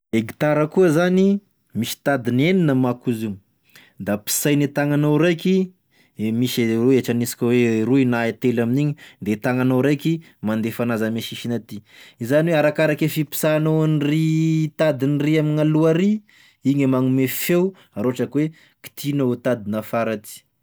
E gitara koa zany misy tadiny enina mako izy io, da pisaine tagnanao raiky e misy e oe ohatry aniatsika oe roy na telo amin'igny de tagnanao raiky mandefa anazy ame sisiny aty, izany oe arakarake fipisahanao an'iry tadiny ry amign'aloha iry igny e magnome feo raha ohatry ka oe kitihinao e tadiny afara aty.